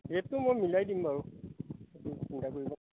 ৰেটটো মই মিলাই দিম বাৰু